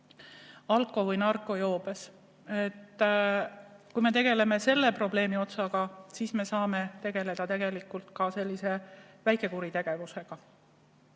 alko- või narkojoobes. Kui me tegeleme probleemi selle otsaga, siis me saame tegeleda tegelikult ka väikekuritegevusega.